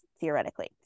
theoretically